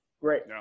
Great